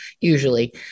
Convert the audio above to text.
usually